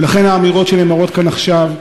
ולכן האמירות שנאמרות כאן עכשיו,